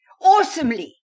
awesomely